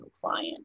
client